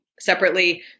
separately